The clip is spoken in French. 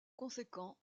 conséquent